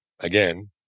again